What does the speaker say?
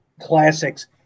classics